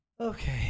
Okay